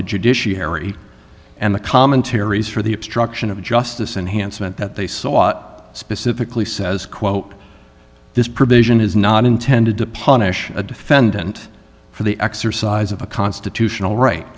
the judiciary and the commentaries for the obstruction of justice enhanced meant that they saw specifically says quote this provision is not intended to punish a defendant for the exercise of a constitutional right